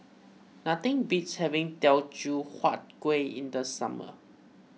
nothing beats having Teochew Huat Kueh in the summer